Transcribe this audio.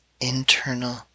internal